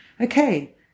okay